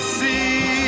see